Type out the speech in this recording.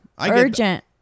Urgent